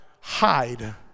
hide